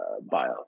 bio